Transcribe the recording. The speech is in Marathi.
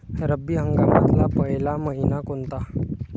रब्बी हंगामातला पयला मइना कोनता?